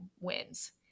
wins